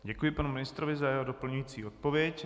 Děkuji panu ministrovi za jeho doplňující odpověď.